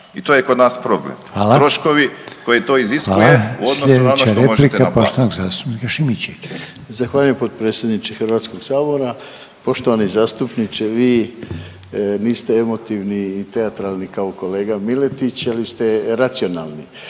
Reiner: Hvala./... Troškovi koji to iziskuje u odnosu na ono što možete naplatit.